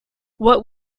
what